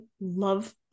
love